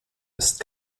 ist